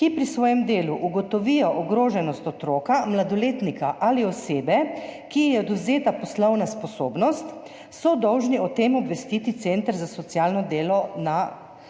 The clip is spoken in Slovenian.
ki pri svojem delu ugotovijo ogroženost otroka, mladoletnika ali osebe, ki ji je odvzeta poslovna sposobnost, so dolžni o tem obvestiti center za socialno delo na svojem